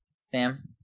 Sam